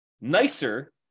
nicer